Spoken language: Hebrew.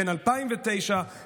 בין 2009 ל-2021,